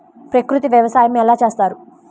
ప్రకృతి వ్యవసాయం ఎలా చేస్తారు?